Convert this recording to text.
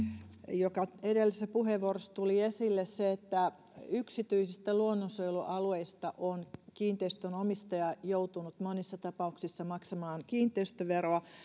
joka edellisessä puheenvuorossa tuli esille siitä että yksityisistä luonnonsuojelualueista on kiinteistönomistaja joutunut monissa tapauksissa maksamaan kiinteistöveroa